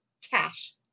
Cash